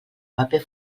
paper